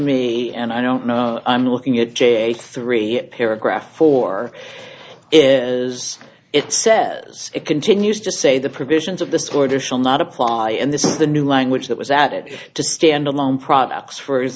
me and i don't know i'm looking at j three paragraph four is it says it continues to say the provisions of this order shall not apply and this is the new language that was added to stand alone products for